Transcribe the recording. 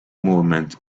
movement